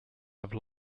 have